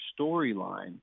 storyline